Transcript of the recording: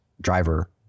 driver